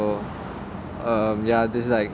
um ya this is like